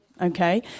okay